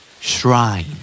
Shrine